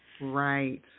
Right